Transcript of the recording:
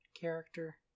character